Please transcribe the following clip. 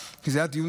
כשזה היה אז הנושא,